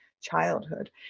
childhood